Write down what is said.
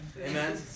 Amen